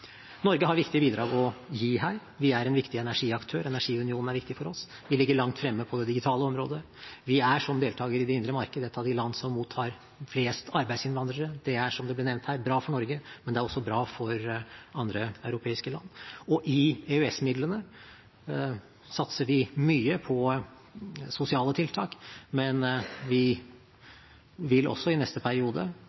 Norge har viktige bidrag å gi her. Vi er en viktig energiaktør, energiunionen er viktig for oss, vi ligger langt fremme på det digitale området, og vi er som deltaker i det indre marked et av de land som mottar flest arbeidsinnvandrere. Det er, som det ble nevnt her, bra for Norge, men det er også bra for andre europeiske land. I EØS-midlene satser vi mye på sosiale tiltak, men vi vil også i neste periode